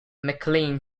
mclean